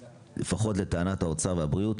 לטענת האוצר והבריאות